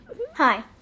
Hi